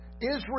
Israel